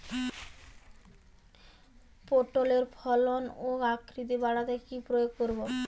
পটলের ফলন ও আকৃতি বাড়াতে কি প্রয়োগ করব?